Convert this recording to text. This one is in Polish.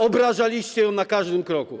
Obrażaliście ją na każdym kroku.